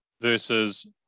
versus